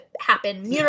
happen